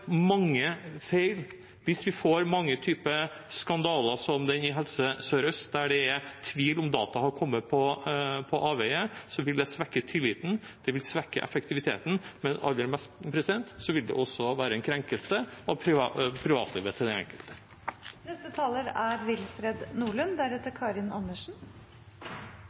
mange feil, hvis vi får mange typer skandaler som den i Helse Sør-Øst, der det er tvil om hvorvidt data har kommet på avveier, vil det svekke tilliten, svekke effektiviteten, men aller mest vil det være en krenkelse av privatlivet til den